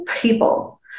people